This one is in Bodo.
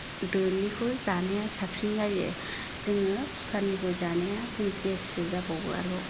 दोनिखौ जानाया साबसिन जायो जोङो खुखारनिखौ जानाया जों गेससो जाबावो आरोबाव